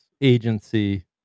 agency